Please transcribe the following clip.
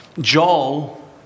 joel